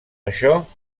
això